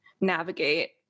navigate